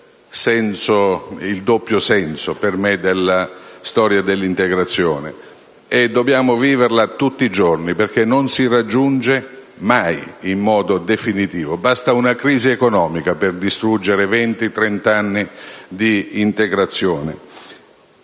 il doppio senso, per me, della storia dell'integrazione. Dobbiamo viverla tutti i giorni, perché non si raggiunge mai in modo definitivo: basta una crisi economica per distruggere venti o trent'anni di integrazione.